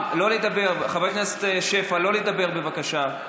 חבר הכנסת רם שפע, לא לדבר, בבקשה,